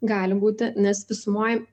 gali būti nes visumoj